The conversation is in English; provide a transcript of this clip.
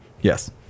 Yes